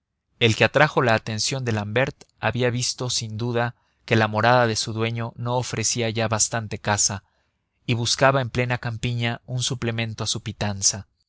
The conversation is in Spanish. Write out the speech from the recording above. el que atrajo la atención de l'ambert había visto sin duda que la morada de su dueño no ofrecía ya bastante caza y buscaba en plena campiña un suplemento a su pitanza